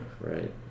right